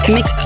Mix